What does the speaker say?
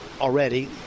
already